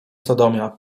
sodomia